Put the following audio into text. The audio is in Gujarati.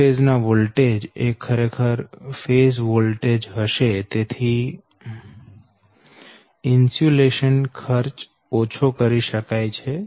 દરેક ફેઝ ના વોલ્ટેજ એ ખરેખર ફેઝ વોલ્ટેજ હશે તેથી ઇન્સ્યુલેશન ખર્ચ ઓછો કરી શકાય છે